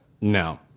No